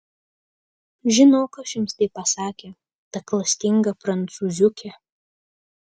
žinau kas jums tai pasakė ta klastinga prancūziuke